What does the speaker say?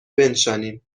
بنشانیم